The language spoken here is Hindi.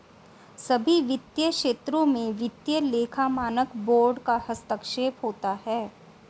सभी वित्तीय क्षेत्रों में वित्तीय लेखा मानक बोर्ड का हस्तक्षेप होता है